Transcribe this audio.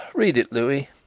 read it, louis.